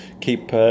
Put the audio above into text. keep